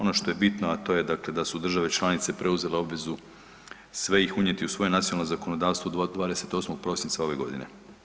Ono što je bitno, a to je dakle da su države članice preuzele obveze sve ih unijeti u svoje nacionalno zakonodavstvo 28. prosinca ove godine.